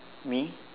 me